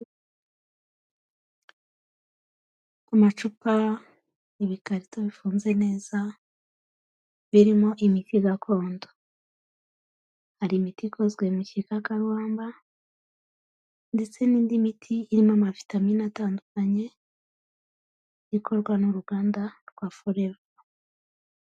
Amacupa n'ibikarito bifunze neza birimo imiti gakondo. Hari imiti ikozwe mu gikakarubamba ndetse n'indi miti irimo amavitamini atandukanye ikorwa n'uruganda rwa foreva.